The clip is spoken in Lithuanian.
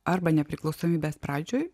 arba nepriklausomybės pradžioj